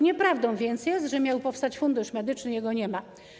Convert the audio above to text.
Nieprawdą więc jest, że miał powstać Fundusz Medyczny, a go nie ma.